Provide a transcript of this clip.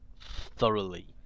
thoroughly